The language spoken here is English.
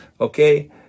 Okay